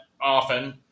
often